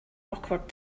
awkward